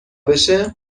بشه